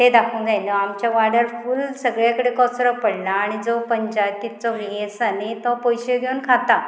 तें दाखोवन गायलो आमच्या वाड्यार फूल सगळे कडेन कचरो पडला आनी जो पंचायतीचो हे आसा न्ही तो पयशे घेवन खाता